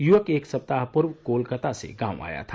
युवक एक सप्ताह पूर्व कोलकाता से गांव आया था